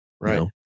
Right